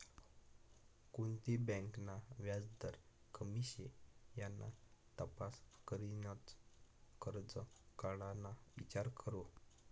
कोणती बँक ना व्याजदर कमी शे याना तपास करीनच करजं काढाना ईचार करो